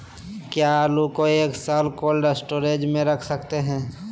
क्या आलू को एक साल कोल्ड स्टोरेज में रख सकते हैं?